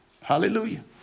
Hallelujah